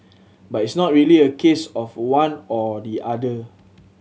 but it's not really a case of one or the other